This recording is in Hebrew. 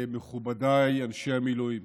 מכובדיי אנשי המילואים,